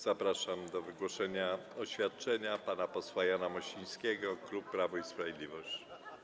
Zapraszam do wygłoszenia oświadczenia pana posła Jana Mosińskiego, klub Prawo i Sprawiedliwość.